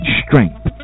strength